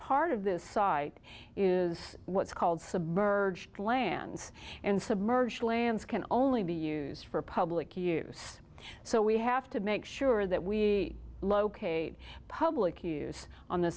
part of this site is what's called submerged lands and submerged lands can only be used for public use so we have to make sure that we located public use on the